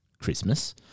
Christmas